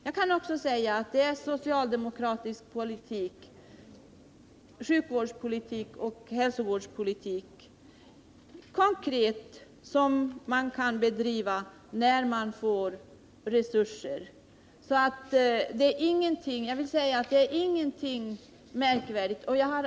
Jag skulle vilja säga att det system vi har i Övertorneå är ett konkret exempel på hur socialdemokratisk hälsooch sjukvårdspolitik kan se ut bara vi får resurser. Men jag vill upprepa att det inte rör sig om någon märkvärdig form av primärvård.